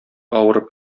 авырып